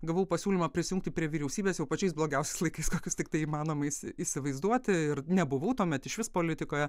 gavau pasiūlymą prisijungti prie vyriausybės jau pačiais blogiausiais laikais kokius tiktai įmanoma įsi įsivaizduoti ir nebuvau tuomet išvis politikoje